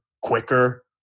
quicker